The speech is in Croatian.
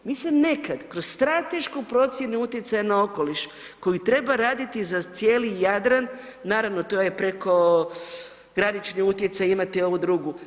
Mi se nekad, kroz stratešku procjenu utjecaja na okoliš koju treba raditi za cijeli Jadran, naravno, to je prekogranični utjecaj, imate i ovu drugu.